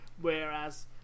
whereas